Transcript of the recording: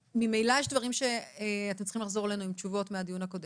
ממילא יש דברים שאתם צריכים לחזור אלינו עם תשובות מהדיון הקודם.